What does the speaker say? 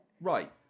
Right